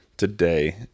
today